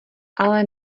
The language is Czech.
ale